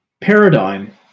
paradigm